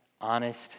honest